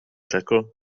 řekl